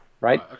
right